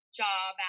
job